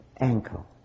ankle